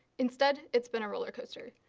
instead it's been a roller coaster.